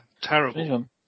terrible